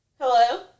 Hello